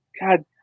God